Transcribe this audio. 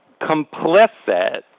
complicit